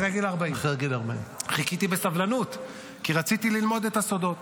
אחרי גיל 40. אחרי גיל 40. חיכיתי בסבלנות כי רציתי ללמוד את הסודות.